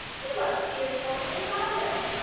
he must be as lonely as i am,